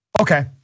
Okay